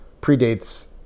predates